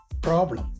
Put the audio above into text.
problem